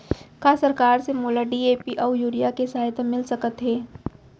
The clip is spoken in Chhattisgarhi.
का सरकार से मोला डी.ए.पी अऊ यूरिया के सहायता मिलिस सकत हे?